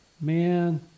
Man